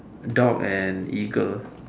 dog and eagle